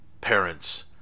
parents